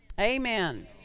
Amen